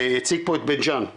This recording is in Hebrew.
הציג פה את בית ג'אן,